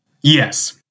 Yes